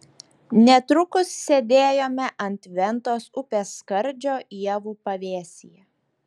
netrukus sėdėjome ant ventos upės skardžio ievų pavėsyje